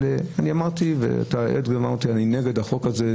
אמרתי שאני נגד החוק הזה,